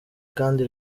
kandi